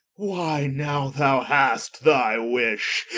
why now thou hast thy wish.